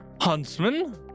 Huntsman